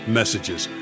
messages